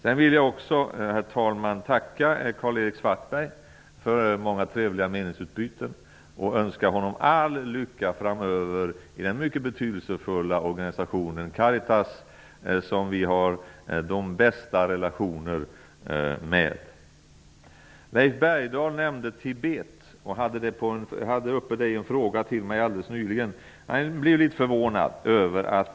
Jag vill också tacka Karl-Erik Svartberg för många trevliga meningsutbyten och önska honom all lycka framöver i den mycket betydelsefulla organisationen Caritas, som vi har de bästa relationer till. Leif Bergdahl nämnde Tibet. Han hade också det landet uppe i en fråga till mig nyligen. Det gör mig litet förvånad.